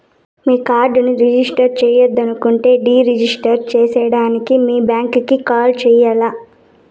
మీ కార్డుని రిజిస్టర్ చెయ్యొద్దనుకుంటే de register సేయడానికి మీ బ్యాంకీకి కాల్ సెయ్యాల్ల